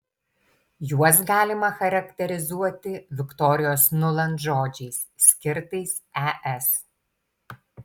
juos galima charakterizuoti viktorijos nuland žodžiais skirtais es